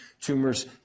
tumors